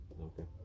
Okay